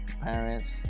parents